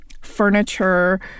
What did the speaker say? furniture